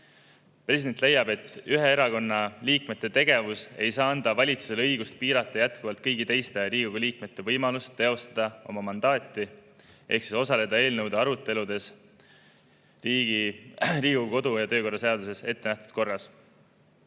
President leiab, et ühe erakonna liikmete tegevus ei saa anda valitsusele õigust piirata jätkuvalt kõigi teiste Riigikogu liikmete võimalust teostada oma mandaati ehk osaleda eelnõude aruteludes Riigikogu kodu- ja töökorra seaduses ettenähtud korras.